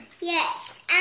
Yes